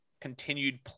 continued